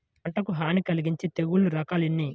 పంటకు హాని కలిగించే తెగుళ్ళ రకాలు ఎన్ని?